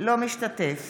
אינו משתתף